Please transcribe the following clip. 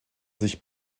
sich